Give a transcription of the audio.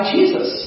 Jesus